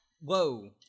Whoa